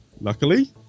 Luckily